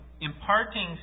imparting